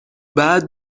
بعد